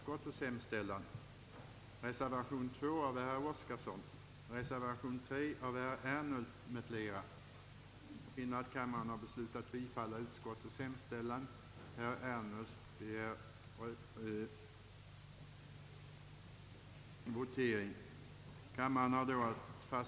Men skall man tala om klassgräns, så vill jag framhålla att det är propositionen som skapar en sådan.